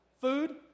food